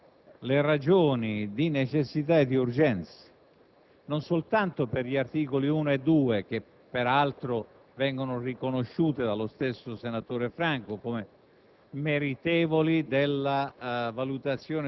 motiva ampiamente le ragioni di necessità e di urgenza, non solo per gli articoli 1 e 2, che peraltro vengono riconosciute dello stesso senatore Franco come